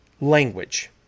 language